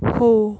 हो